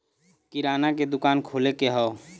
किराना के दुकान खोले के हौ